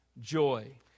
joy